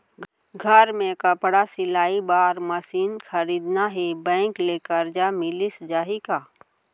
घर मे कपड़ा सिलाई बार मशीन खरीदना हे बैंक ले करजा मिलिस जाही का?